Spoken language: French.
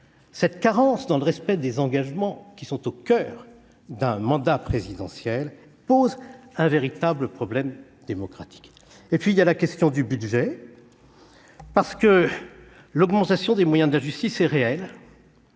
cette carence dans le respect des engagements qui sont au coeur d'un mandat présidentiel posent un véritable problème démocratique. Enfin, il y a la question du budget. L'augmentation des moyens de la justice est réelle,